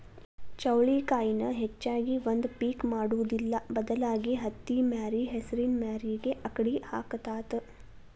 ಚೌಳಿಕಾಯಿನ ಹೆಚ್ಚಾಗಿ ಒಂದ ಪಿಕ್ ಮಾಡುದಿಲ್ಲಾ ಬದಲಾಗಿ ಹತ್ತಿಮ್ಯಾರಿ ಹೆಸರಿನ ಮ್ಯಾರಿಗೆ ಅಕ್ಡಿ ಹಾಕತಾತ